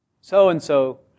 so-and-so